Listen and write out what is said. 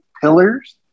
pillars